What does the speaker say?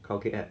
karaoke app